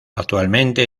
actualmente